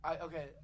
Okay